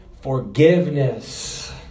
Forgiveness